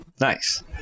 nice